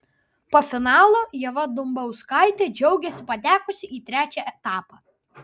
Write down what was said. po finalo ieva dumbauskaitė džiaugėsi patekusi į trečią etapą